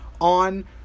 on